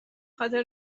خاطر